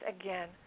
again